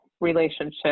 relationship